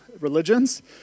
religions